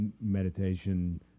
meditation